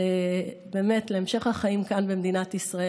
באמת להמשך החיים כאן במדינת ישראל.